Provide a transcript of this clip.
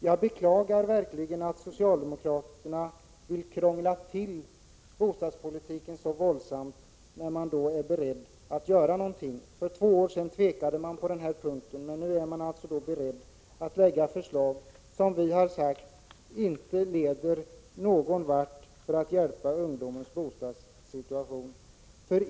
Jag beklagar verkligen att socialdemokraterna vill krångla till bostadspolitiken så våldsamt när de är beredda att göra någonting. För två år sedan tvekade man beträffande åtgärder för fler bostäder åt unga men är nu beredd att lägga fram förslag. Dessa förslag är dock sådana att de inte kommer att förbättra ungdomens bostadssituation.